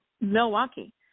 Milwaukee